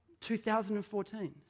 2014